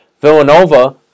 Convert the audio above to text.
Villanova